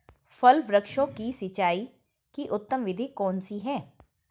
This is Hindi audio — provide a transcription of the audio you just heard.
फल वृक्षों की सिंचाई की उत्तम विधि कौन सी है?